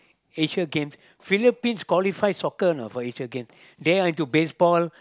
Asia games Philippines qualify soccer you know for Asia game they're into baseball